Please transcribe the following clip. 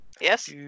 Yes